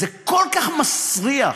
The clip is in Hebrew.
זה כל כך מסריח,